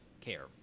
care